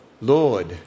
Lord